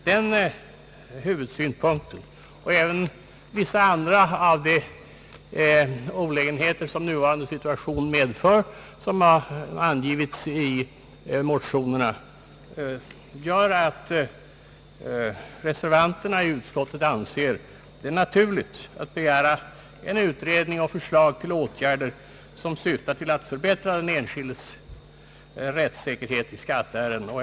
Den huvudsynpunkten och även vissa andra olägenheter, som den nuvarande situationen medför och som har angivits i motionerna, gör att reservanterna i utskottet anser det naturligt att begära utredning och förslag till åtgärder som syftar till att förbättra den enskildes rättssäkerhet i skatteärenden.